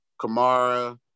Kamara